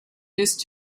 used